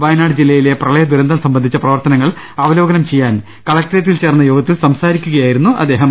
വയനാട് ജില്ലയിലെ പ്രളയ ദുരന്തം സംബന്ധിച്ച പ്രവർത്തനങ്ങൾ അവലോകനം ചെയ്യാൻ കളക്ടറേറ്റിൽ ചേർന്ന യോഗത്തിൽ സംസാരിക്കു കയായിരുന്നു അദ്ദേഹം